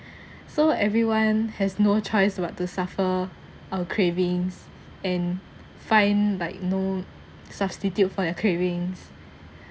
so everyone has no choice but to suffer our cravings and find like no substitute for your cravings